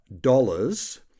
dollars